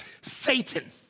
Satan